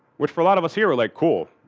which for a lot of us here are like cool,